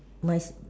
mice